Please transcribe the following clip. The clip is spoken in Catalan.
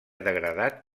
degradat